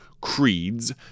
creeds